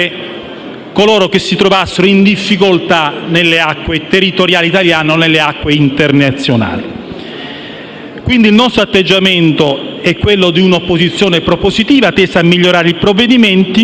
coloro che si trovassero in difficoltà nelle acque territoriali italiane o in quelle internazionali. Quindi, il nostro atteggiamento è di un'opposizione propositiva, tesa a migliorare i provvedimenti